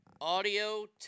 Audio